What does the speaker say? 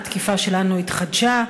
התקיפה שלנו התחדשה.